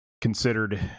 considered